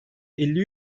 elli